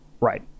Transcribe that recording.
right